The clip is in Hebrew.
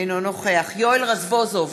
אינו נוכח יואל רזבוזוב,